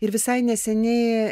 ir visai neseniai